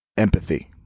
empathy